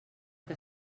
que